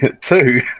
Two